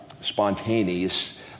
spontaneous